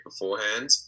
beforehand